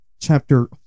chapter